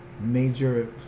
major